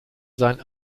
sein